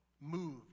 moved